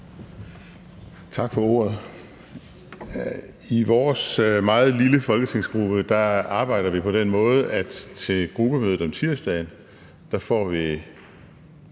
Tak for ordet. I vores meget lille folketingsgruppe arbejder vi på den måde, at vi til gruppemødet om tirsdagen får et